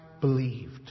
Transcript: believed